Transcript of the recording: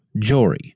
Jory